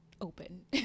open